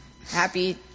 Happy